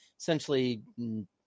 essentially